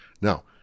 Now